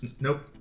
Nope